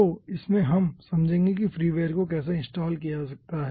तो इसमें हम समझेंगे कि फ्रीवेयर को कैसे इंस्टाल किया जा सकता है